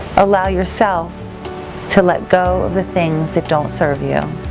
allow yourself to let go of the things that don't serve you.